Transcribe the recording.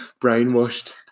Brainwashed